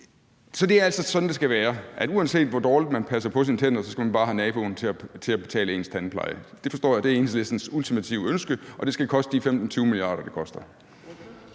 Men det er altså sådan, det skal være: at uanset hvor dårligt man passer på sine tænder, skal man bare have naboen til at betale ens tandpleje. Det forstår jeg er Enhedslistens ultimative ønske, og det skal koste de 15-20 mia. kr., det koster.